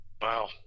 Wow